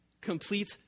complete